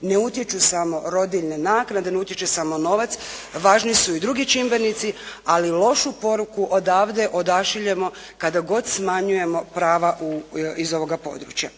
ne utječu samo rodiljne naknade, ne utječe samo novac. Važni su i drugi čimbenici ali lošu poruku odavde odašiljemo kada god smanjujemo prava u, iz ovoga područja.